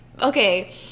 okay